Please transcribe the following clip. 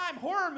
horror